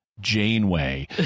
Janeway